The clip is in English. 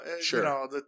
sure